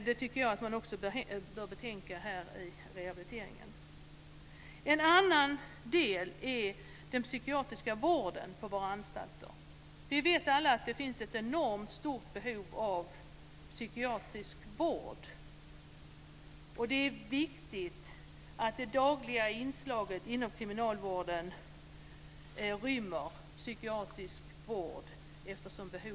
Detta bör tas med i rehabiliteringen. En annan del är den psykiatriska vården på våra anstalter. Vi vet alla att det finns ett enormt behov av psykiatrisk vård. Eftersom behovet är så stort är det viktigt att det dagliga inslaget inom kriminalvården rymmer psykiatrisk vård.